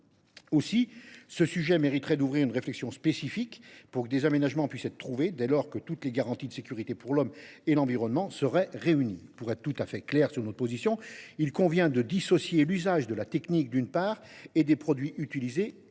Aussi ce sujet mériterait il que soit ouverte une réflexion spécifique pour que des aménagements puissent être trouvés, dès lors que toutes les garanties de sécurité pour l’homme et pour l’environnement seraient réunies. Pour être tout à fait clair quant à notre position, il convient de dissocier la technique visée, d’une part, et les produits utilisés,